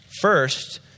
First